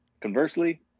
conversely